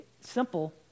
Simple